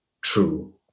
true